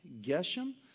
geshem